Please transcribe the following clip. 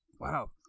Wow